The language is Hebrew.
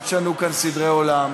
אל תשנו כאן סדרי עולם.